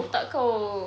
tak kot